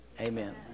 amen